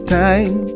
time